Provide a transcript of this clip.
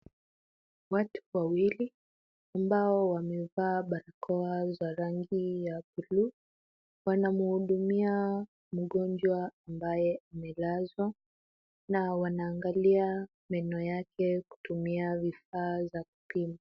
Watu wawili ambao wamevaa barakoa za rangi ya blue , wanamuhudumia mgonjwa ambaye amelazwa, na wanaangalia meno yake kutumia vifaa za kupima.